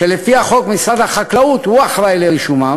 שלפי החוק משרד החקלאות אחראי לרישומם